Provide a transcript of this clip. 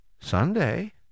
Sunday